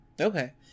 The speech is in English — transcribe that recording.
Okay